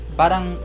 parang